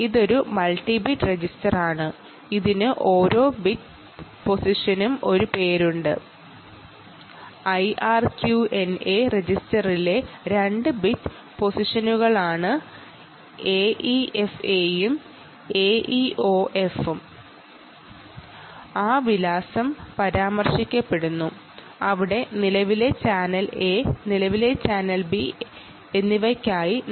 ഇതൊരു മൾട്ടിബിറ്റ് രജിസ്റ്ററാണ് ഇതിന്റെ ഓരോ ബിറ്റ് പൊസിഷനും ഒരു പേരുണ്ട് ഐആർക്യുഎൻഎ രജിസ്റ്ററിലെ രണ്ട് ബിറ്റ് പൊസിഷനുകളാണ് എഇഎഫ്എയും എഇഒഎഫെയും ആ അഡ്രസ് വിവരങ്ങൾ ചാനൽ എ യിലും ചാനൽ ബിയിലും പരാമർശിച്ചിട്ടുണ്ട്